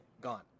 gone